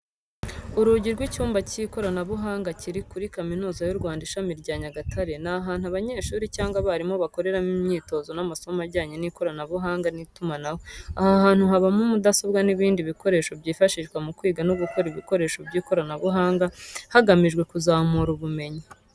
Urugi rw'icyumba cy'ikoranabuhanga kiri kuri Kaminuza y'uRwanda ishami rya nyagatare. Ni ahantu abanyeshuri cyangwa abarimu bakoreramo imyitozo n'amasomo ajyanye n'ikoranabuhanga n'itumanaho. . Aha hantu habamo mudasobwa n'ibindi bikoresho byifashishwa mu kwiga no gukora ibikorwa by’ikoranabuhanga hagamijwe kuzamura ubumenyi.